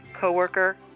coworker